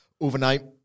Overnight